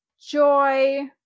joy